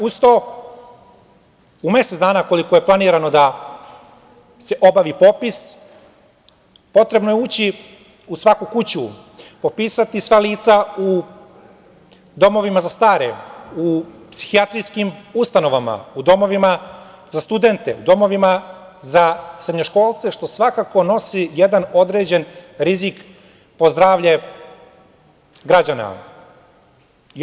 Uz to, u mesec dana, koliko je planirano da se obavi popis, potrebno je ući u svaku kuću, popisati sva lica u domovima za stare, u psihijatrijskim ustanovama, u domovima za studente, u domovima za srednjoškolce, što svakako nosi jedan određen rizik po zdravlje građana.